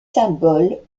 symboles